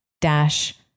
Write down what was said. dash